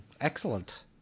Excellent